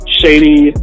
shady